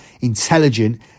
intelligent